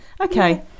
Okay